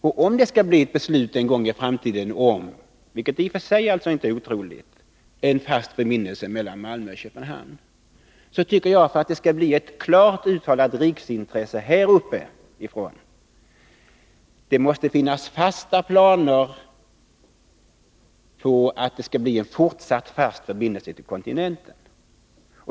Ifall det skall bli ett beslut någon gång i framtiden om, vilket i och för sig inte är helt otroligt, en fast förbindelse mellan Malmö och Köpenhamn, så tycker jag att det av riksdagen klart skall framställas som ett riksintresse. Det måste finnas fasta planer på att det skall bli en fortsatt fast förbindelse till kontinenten.